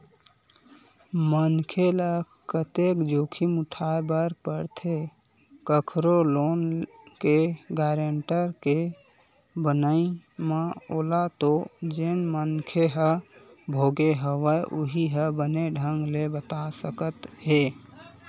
मनखे ल कतेक जोखिम उठाय बर परथे कखरो लोन के गारेंटर के बनई म ओला तो जेन मनखे ह भोगे हवय उहीं ह बने ढंग ले बता सकत हे